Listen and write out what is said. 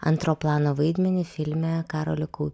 antro plano vaidmenį filme karoliukų